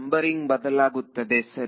numbering ಬದಲಾಗುತ್ತದೆ ಸರಿ